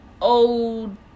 old